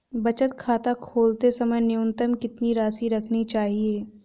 बचत खाता खोलते समय न्यूनतम कितनी राशि रखनी चाहिए?